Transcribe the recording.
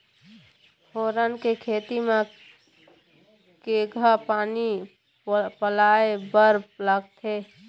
फोरन के खेती म केघा पानी पलोए बर लागथे?